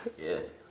Yes